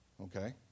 okay